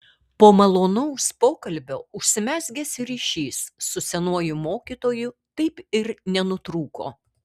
po malonaus pokalbio užsimezgęs ryšys su senuoju mokytoju taip ir nenutrūko